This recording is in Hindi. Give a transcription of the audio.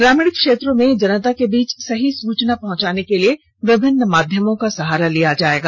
ग्रामीण क्षेत्रों में जनता के बीच सही सूचना पहुंचाने के लिए विभिन्न माध्यमों का सहारा लिया जाएगा